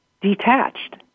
detached